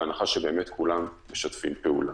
בהנחה שכולם משתפים פעולה.